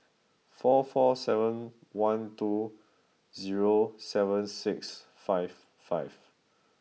four four seven one two zero seven six five five